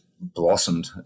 blossomed